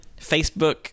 Facebook